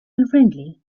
unfriendly